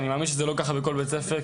אני מאמין שזה לא ככה בכל בית ספר.